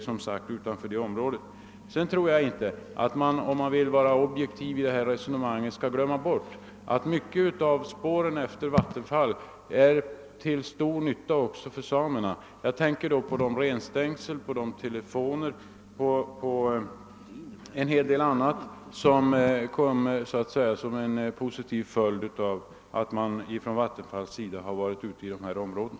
Sedan tror jag inte att man, om man vill vara objektiv i detta resonemang, skall glömma bort att många av spåren efter Vattenfall är till stor nytta också för samerna. Jag tänker t.ex. på renstängsel, telefoner och en hel del annat som är en positiv följd av att Vattenfall varit ute i dessa områden.